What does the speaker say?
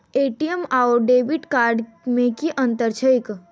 ATM आओर debit card मे की अंतर छैक?